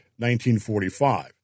1945